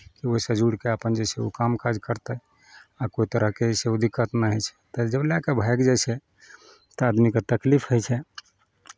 ओहिसँ जुड़ि कऽ ओ अपन जे छै काम काज करतै आ कोइ तरहके जे छै ओ दिक्कत नहि होइ छै तऽ जब लए कऽ भागि जाइ छै तऽ आदमीकेँ तकलीफ होइ छै